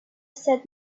said